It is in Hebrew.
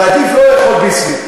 ועדיף שלא לאכול "ביסלי".